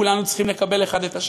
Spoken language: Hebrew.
כולנו צריכים לקבל אחד את השני.